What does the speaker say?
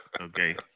Okay